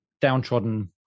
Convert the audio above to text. downtrodden